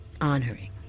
honoring